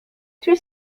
three